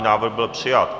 Návrh byl přijat.